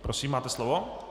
Prosím, máte slovo.